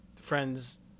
friends